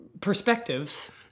perspectives